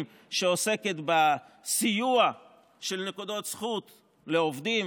שעוסקת בסיוע של נקודות זכות לעובדים